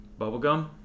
Bubblegum